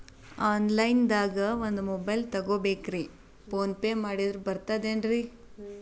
Online ದಾಗ ಒಂದ್ mobile ತಗೋಬೇಕ್ರಿ ಫೋನ್ ಪೇ ಮಾಡಿದ್ರ ಬರ್ತಾದೇನ್ರಿ?